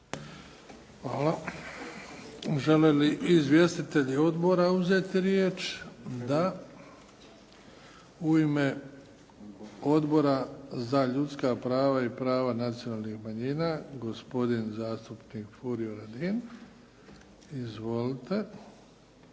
Hvala. Žele li izvjestitelji odbora uzeti riječ? Da. U ime Odbora za ljudska prava i prava nacionalnih manjina gospodin zastupnik Furio Radin. Izvolite.